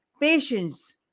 patience